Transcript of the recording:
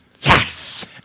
Yes